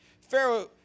Pharaoh